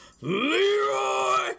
Leroy